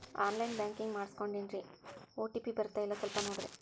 on line banking ಮಾಡಿಸ್ಕೊಂಡೇನ್ರಿ OTP ಬರ್ತಾಯಿಲ್ಲ ಸ್ವಲ್ಪ ನೋಡ್ರಿ